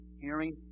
Hearing